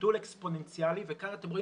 גידול אקספוננציאלי וכאן אתם רואים